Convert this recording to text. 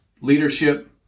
leadership